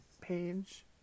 page